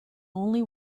only